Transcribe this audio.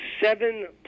seven